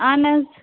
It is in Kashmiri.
اہن حَظ